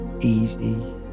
Easy